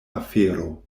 afero